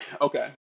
okay